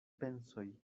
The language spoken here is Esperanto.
pensoj